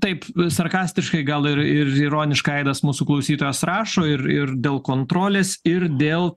taip sarkastiškai gal ir ir ironiškai aidas mūsų klausytojas rašo ir ir dėl kontrolės ir dėl